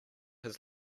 his